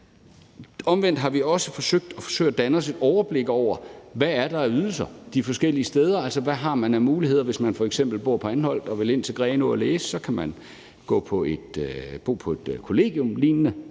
omvendt har vi også forsøgt at danne os et overblik over, hvad der er af ydelser de forskellige steder, altså hvad man har af muligheder. Hvis man f.eks. bor på Anholt og vil ind til Grenaa og læse, kan man bo på en slags kollegium, men